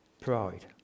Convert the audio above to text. pride